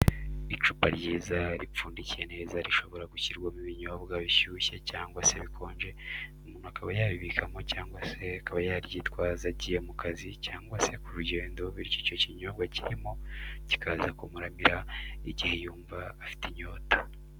Icupa ryiza ripfundikiye neza rishobora gushyirwamo ibinyobwa bishushye cyangwa se bikonje, umuntu akaba yabibikamo cyangwa se akaba yaryitwaza agiye mu kazi cyangwa se ku rugendo bityo icyo kinyobwa kirimo kikaza cyamuramira igihe yumva afite inyota.